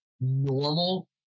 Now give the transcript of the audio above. normal